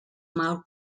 mal